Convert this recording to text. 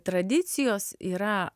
tradicijos yra